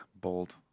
Bold